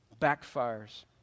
backfires